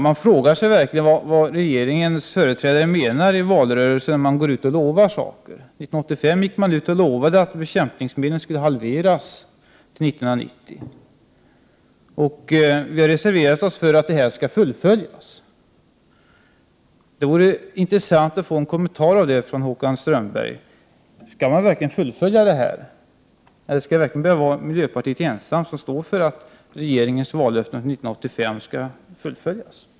Jag frågar mig vad regeringspartiets företrädare menar när de lovar saker i valrörelsen. 1985 lovade de att användningen av bekämpningsmedel skulle halveras till 1990. Vi har reserverat oss för att det löftet skall fullföljas. Det vore intressant att få en kommentar från Håkan Strömberg om hur det blir med det löftet. Skall verkligen miljöpartiet ensamt stå för att socialdemokraternas vallöften från 1985 skall infrias?